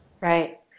Right